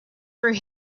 for